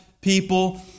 people